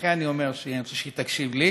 לכן אני אומר שאני רוצה שהיא תקשיב לי